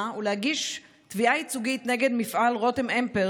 ולהגיש תביעה ייצוגית נגד מפעל רותם אמפרט,